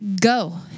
go